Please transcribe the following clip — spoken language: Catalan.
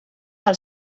del